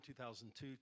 2002